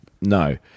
No